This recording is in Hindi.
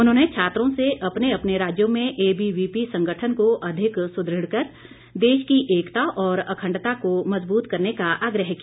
उन्होंने छात्रों से अपने अपने राज्यों में एबीवीपी संगठन को अधिक सुदृढ़ कर देश की एकता और अखंडता को मजबूत करने का आग्रह किया